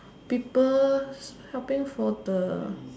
people helping for the